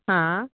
हा